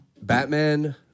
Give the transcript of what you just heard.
Batman